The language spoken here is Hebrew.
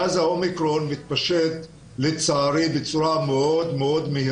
מאז לצערי ה-אומיקרון מתפשט בעולם בצורה מאוד מאוד.